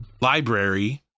library